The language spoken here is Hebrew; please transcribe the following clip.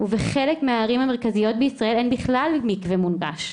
ובחלק מהערים המרכזיות בישראל אין בכלל מקווה מונגש.